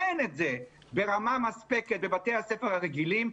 אין את זה ברמה מספקת בבתי הספר הרגילים.